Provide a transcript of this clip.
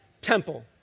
temple